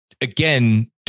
Again